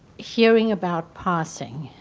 hearing about passing,